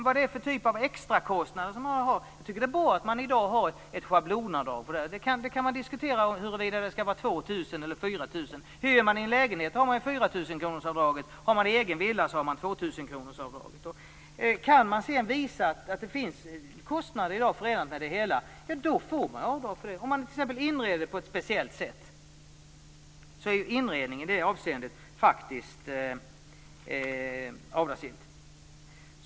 Jag vet inte vilka extrakostnader man har. Det är bra att det i dag finns ett schablonavdrag för det här. Vi kan diskutera huruvida det skall vara 2 000 eller 4 000 kr. Om man hyr en lägenhet har man 4 000-kronorsavdraget, och om man har egen villa har man 2 000-kronorsavdraget. Om man sedan kan visa att det är kostnader förenade med det hela får man göra avdrag för dem. Om man t.ex. inreder på ett speciellt sätt är inredningen i det avseendet avdragsgill.